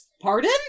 Pardon